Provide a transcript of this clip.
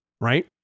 right